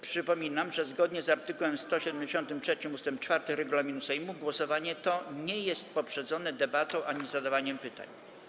Przypominam, że zgodnie z art. 173 ust. 4 regulaminu Sejmu głosowanie to nie jest poprzedzone debatą ani zadawaniem pytań.